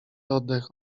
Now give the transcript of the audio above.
oddech